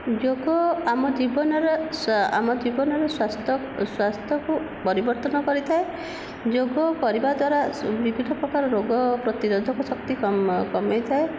ଯୋଗ ଆମ ଜୀବନର ଆମ ଜୀବନର ସ୍ଵାସ୍ଥ୍ୟକୁ ପରିବର୍ତ୍ତନ କରିଥାଏ ଯୋଗ କରିବା ଦ୍ୱାରା ବିଭିନ୍ନ ପ୍ରକାର ରୋଗ ପ୍ରତିରୋଧକ ଶକ୍ତି କମାଏ କମାଇଥାଏ